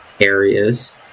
areas